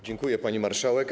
Dziękuję, pani marszałek.